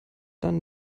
dann